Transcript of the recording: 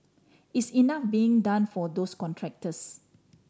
is enough being done for those contractors